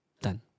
Done